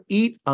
eat